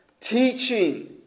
Teaching